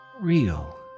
real